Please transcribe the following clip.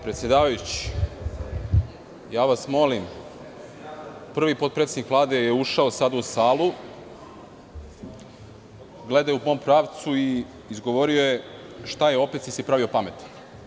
Predsedavajući, prvi potpredsednik Vlade je ušao sad u salu, gledao je u mom pravcu i izgovorio je – šta je, opet si se pravio pametan.